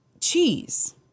Cheese